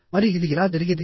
మరి ఇది ఎలా జరిగింది